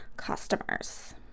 Customers